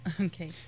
Okay